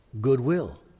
goodwill